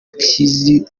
kizwi